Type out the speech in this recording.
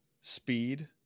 speed